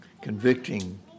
Convicting